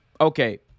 okay